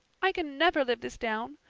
i can never live this down.